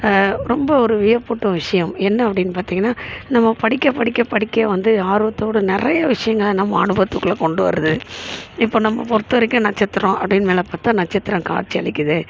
ரொம்ப ஒரு வியப்பூட்டும் விஷயம் என்ன அப்படின்னு பார்த்திங்கன்னா நம்ம படிக்க படிக்க படிக்க வந்து ஆர்வத்தோடு நிறைய விஷயங்கள நம்ம அனுபவத்துக்குள்ளே கொண்டு வருது இப்போ நம்மை பொறுத்த வரைக்கும் நட்சத்திரம் அப்படின்னு மேலே பார்த்தா நட்சத்திரம் காட்சி அளிக்குது